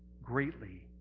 greatly